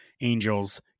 Angels